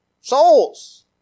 Souls